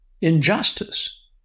injustice